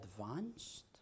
advanced